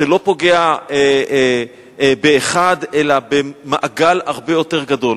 שלא פוגע באחד אלא במעגל הרבה יותר גדול.